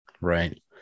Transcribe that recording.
Right